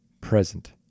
present